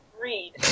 Read